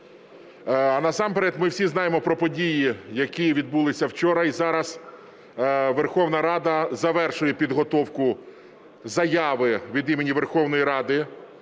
Насамперед ми всі знаємо про події, які відбулися вчора. І зараз Верховна Рада завершує підготовку заяви від імені Верховної Ради,